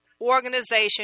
organization